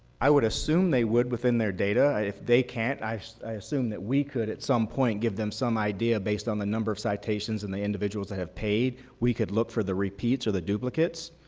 i would assume they would within their data. if they can't, i i assume that we could at some point give them some idea based on the number of citations and the individuals that have paid, we could look for the repeats or the duplicates,